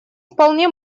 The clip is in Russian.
вполне